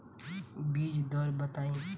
बीज दर बताई?